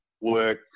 work